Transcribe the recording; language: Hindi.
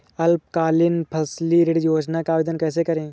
अल्पकालीन फसली ऋण योजना का आवेदन कैसे करें?